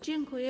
Dziękuję.